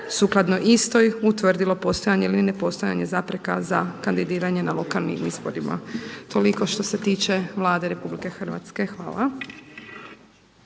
sukladno istoj utvrdilo postojanje ili ne postojanje zapreka za kandidiranje na lokalnim izborima. Toliko što se tiče Vlade RH. Hvala.